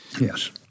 Yes